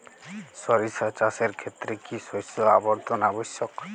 সরিষা চাষের ক্ষেত্রে কি শস্য আবর্তন আবশ্যক?